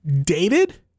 dated